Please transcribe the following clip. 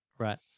Right